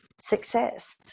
success